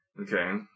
Okay